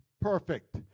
perfect